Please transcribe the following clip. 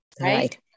Right